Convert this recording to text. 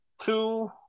two